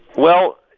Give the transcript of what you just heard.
well,